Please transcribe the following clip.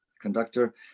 conductor